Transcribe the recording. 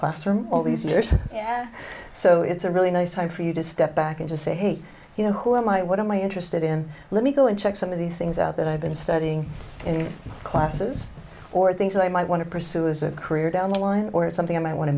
classroom all these years so it's a really nice time for you to step back and say hey you know who am i what am i interested in let me go and check some of these things out that i've been studying in classes or things that i might want to pursue as a career down the line or something and i want to